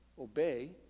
obey